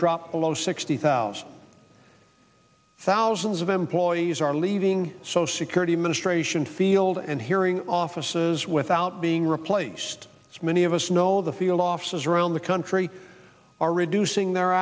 drop below sixty thousand thousands of employees are leaving so security administration field and hearing offices without being replaced as many of us know the field offices around the country are reducing their